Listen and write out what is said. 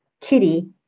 Kitty